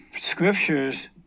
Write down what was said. scriptures